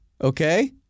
Okay